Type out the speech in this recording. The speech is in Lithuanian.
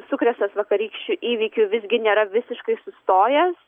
sukrėstas vakarykščių įvykių visgi nėra visiškai sustojęs